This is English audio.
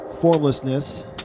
Formlessness